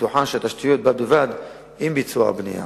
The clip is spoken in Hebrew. פיתוחן של התשתיות בד בבד עם ביצוע הבנייה.